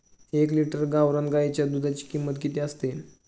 एक लिटर गावरान गाईच्या दुधाची किंमत किती असते?